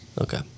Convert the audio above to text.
Okay